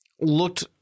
looked